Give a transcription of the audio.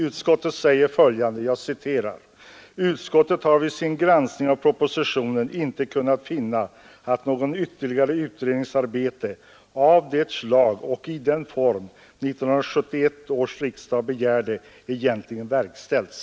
Utskottet säger följande: ”Utskottet har vid sin granskning av propositionen inte kunnat finna att något ytterligare utredningsarbete av det slag och i den form 1971 års riksdag begärde egentligen verkställts.”